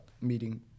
meeting